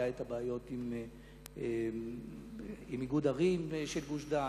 היו הבעיות עם איגוד ערים של גוש-דן,